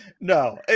No